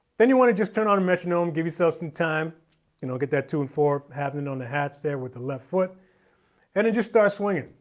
then you want to just turn on a metronome give yourself so some time you know get that two and four happening on the hats there with the left foot and just starts swinging.